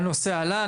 הנושא עלה.